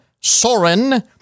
Soren